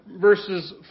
verses